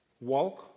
Walk